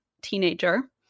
teenager